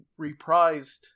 reprised